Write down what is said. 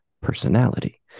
personality